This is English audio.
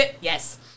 Yes